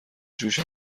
جوش